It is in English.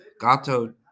Gato